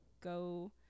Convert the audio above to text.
go